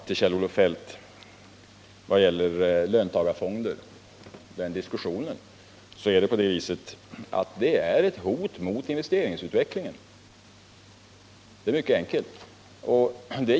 Till Kjell-Olof Feldt: I diskussionen om löntagarfonder vill jag säga att de är ett hot mot investeringsutvecklingen. Det är mycket enkelt.